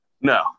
no